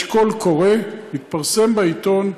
יש קול קורא, מתפרסם בעיתון.